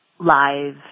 live